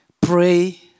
pray